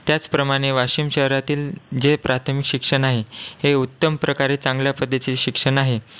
त्याचप्रमाणे वाशिम शहरातील जे प्राथमिक शिक्षण आहे हे उत्तम प्रकारे चांगल्या पद्धतीचं शिक्षण आहे